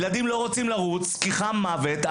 ילדים לא רוצים לרוץ כי חם מוות,